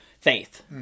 faith